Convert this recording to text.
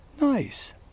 nice